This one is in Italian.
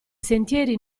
sentieri